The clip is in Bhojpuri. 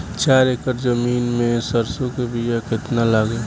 चार एकड़ जमीन में सरसों के बीया कितना लागी?